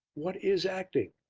what is acting?